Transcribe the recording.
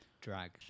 Drag